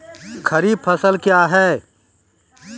खरीफ फसल क्या हैं?